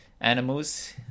animals